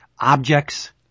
objects